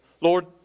Lord